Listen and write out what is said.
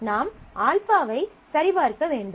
நாம் α ஐ சரிபார்க்க வேண்டும்